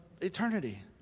eternity